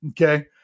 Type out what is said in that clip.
Okay